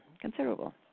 considerable